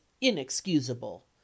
inexcusable